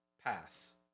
pass